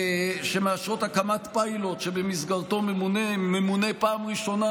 שמאשרות הקמת פיילוט שבמסגרתו ממונה בפעם הראשונה